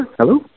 Hello